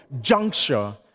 juncture